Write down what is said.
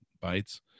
bites